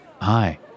hi